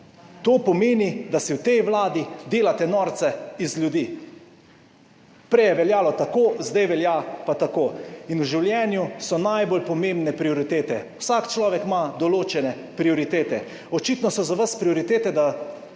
to pomeni, da si v tej vladi delate norca iz ljudi. Prej je veljalo tako, zdaj velja pa tako. V življenju so najbolj pomembne prioritete, vsak človek ima določene prioritete. Očitno so za vas prioritete, da